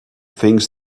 things